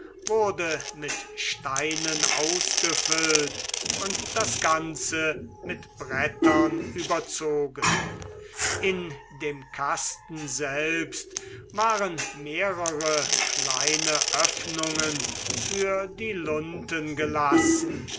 wurde mit steinen ausgefüllt und das ganze mit brettern überzogen in dem kasten selbst waren mehrere kleine oeffnungen für die lunten gelassen